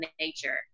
nature